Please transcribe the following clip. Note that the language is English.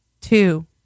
two